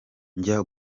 njya